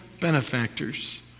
benefactors